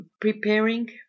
preparing